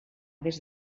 des